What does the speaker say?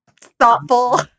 thoughtful